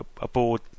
aboard